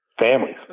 families